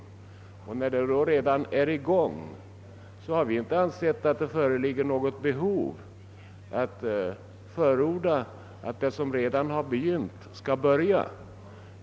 Eftersom denna kommitté redan är i gång har vi inte ansett det föreligga något behov av att förorda, att det som redan har begynt skall börja.